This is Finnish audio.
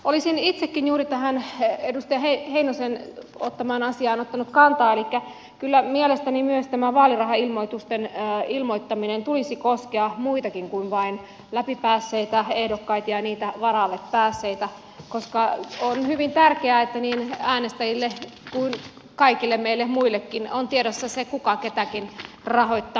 olisin itsekin juuri tähän edustaja heinosen ottamaan asiaan ottanut kantaa elikkä kyllä mielestäni myös tämän vaalirahailmoitusten ilmoittamisen tulisi koskea muitakin kuin vain läpi päässeitä ehdokkaita ja niitä varalle päässeitä koska on hyvin tärkeää että niin äänestäjille kuin kaikille meille muillekin on tiedossa se kuka ketäkin rahoittaa